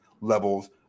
levels